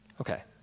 Okay